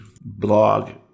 blog